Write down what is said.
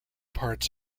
parts